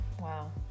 Wow